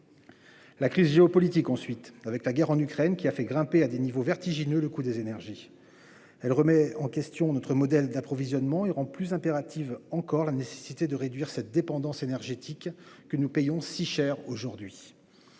crise est géopolitique. La guerre en Ukraine a fait grimper à des niveaux vertigineux le coût des énergies. Elle remet en question notre modèle d'approvisionnement, et rend plus impérative encore la nécessité de réduire cette dépendance énergétique que nous payons si cher.